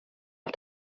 auf